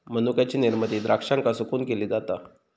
मनुक्याची निर्मिती द्राक्षांका सुकवून केली जाता